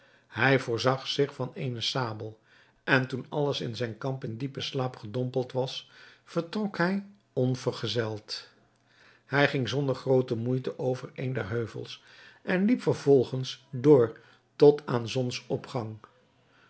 hij voorzag zich van eene sabel en toen alles in zijn kamp in diepen slaap gedompeld was vertrok hij onvergezeld hij ging zonder groote moeite over een der heuvels en liep vervolgens door tot aan zonsopgang